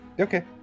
Okay